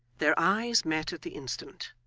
their eyes met at the instant.